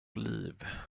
liv